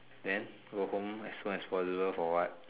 then go home as soon as possible for what